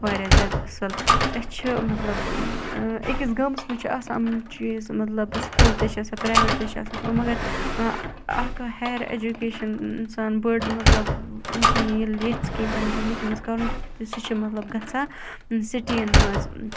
واریاہ زیادٕ اَصل أسۍ چھِ مَطلَب أکِس گامَس مَنٛز چھِ آسان چیٖز مَطلَب سکوٗل تہٕ چھِ اَصل پرایویٹ تہِ چھُ اَصل سکوٗل مَگَر اکھ گٔے ہایَر ایٚجُوکیشَن اِنسان بٔڑ مَطلَب اِنسان ییٚلہِ ییٚژھِ کینٛہہ پَننہِ زِندَگی مَنٛز کَرُن تہٕ سُہ چھُ مَطلَب گَژھان سِٹِیَن مَنٛز